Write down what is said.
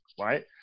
right